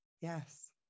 Yes